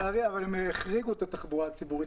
הם החריגו את התחבורה הציבורית,